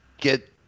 get